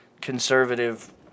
conservative